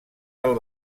del